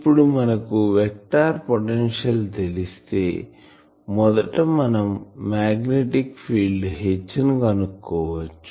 ఇప్పుడు మనకు vector potential తెలిస్తే మొదట మనం మాగ్నెటిక్ ఫీల్డ్ H ని కనుక్కోవచ్చు